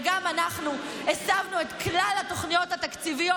וגם אנחנו הסבנו את כלל התוכניות התקציביות